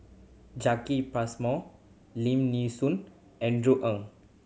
Jacki Passmore Lim Nee Soon Andrew Ang